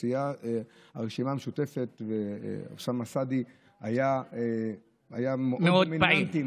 מהרשימה המשותפת אוסאמה סעדי היה מאוד דומיננטי,